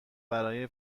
برای